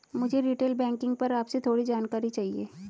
मुझे retail banking पर आपसे थोड़ी जानकारी चाहिए